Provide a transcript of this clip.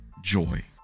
joy